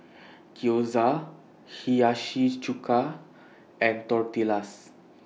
Gyoza Hiyashi Chuka and Tortillas